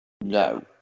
No